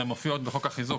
והן מופיעות בחוק החיזוק,